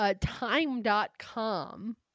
time.com